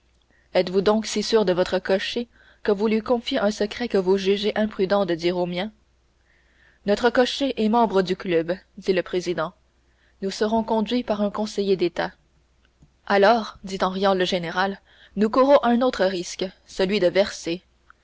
êtes-vous donc si sûr de votre cocher que vous lui confiez un secret que vous jugez imprudent de dire au mien notre cocher est un membre du club dit le président nous serons conduits par un conseiller d'état alors dit en riant le général nous courons un autre risque celui de verser